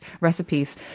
recipes